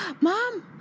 mom